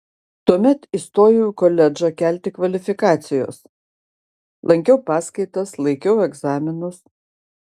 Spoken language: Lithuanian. tuomet įstojau į koledžą kelti kvalifikacijos lankiau paskaitas laikiau egzaminus